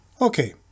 Okay